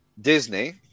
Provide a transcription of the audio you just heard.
Disney